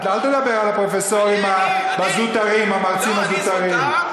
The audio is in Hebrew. אל תדבר על הפרופסורים הזוטרים, המרצים הזוטרים.